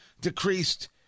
decreased